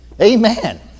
Amen